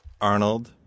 Arnold